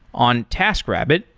on taskrabbit,